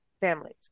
families